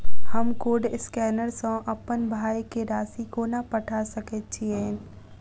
हम code scanner सँ अप्पन भाय केँ राशि कोना पठा सकैत छियैन?